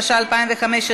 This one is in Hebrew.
התשע"ה 2015,